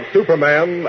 Superman